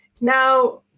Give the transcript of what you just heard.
now